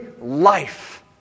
life